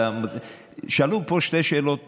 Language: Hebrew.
שאלו פה שתי שאלות